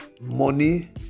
money